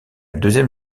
deuxième